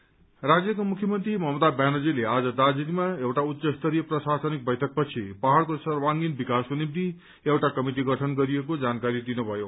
chief minister राज्यका मुख्यमन्त्री ममता व्यानर्जीले आज दार्जीलिङमा एउटा उच्च स्तरीय प्रशासनिक वैठक पछि पहाइको सर्वागिण विकासको निम्ति एउटा क्रमिटि गठन गरिएको जानकारी दिनुमयो